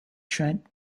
trent